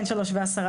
כן 15:10,